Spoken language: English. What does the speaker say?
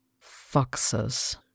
Foxes